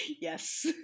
Yes